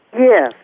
Yes